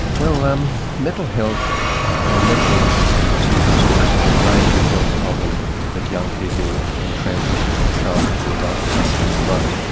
well um mental health or mental and substance use disorder are the major health problems that young people in transition from childhood to adulthood have to confront.